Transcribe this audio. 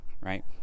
right